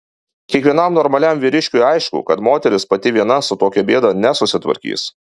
kiekvienam normaliam vyriškiui aišku kad moteris pati viena su tokia bėda nesusitvarkys